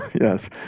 Yes